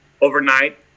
overnight